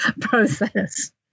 process